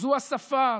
זו השפה,